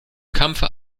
kampfe